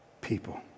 people